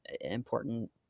important